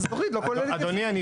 אז התכנית לא כוללת --- אדוני,